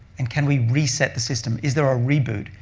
and can we reset the system? is there a reboot?